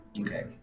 Okay